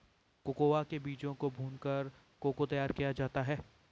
cocoa के बीज को भूनकर को को तैयार किया जाता है